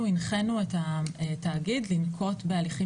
אנחנו הנחינו את התאגיד לנקוט בהליכים